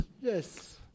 Yes